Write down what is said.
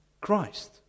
Christ